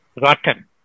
rotten